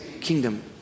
kingdom